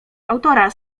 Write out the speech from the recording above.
autora